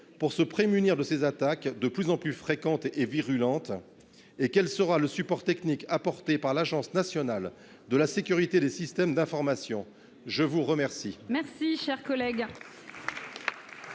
pour se prémunir de ces attaques de plus en plus fréquentes et virulente et quel sera le support technique apportée par l'Agence nationale de la sécurité des systèmes d'information, je vous remercie.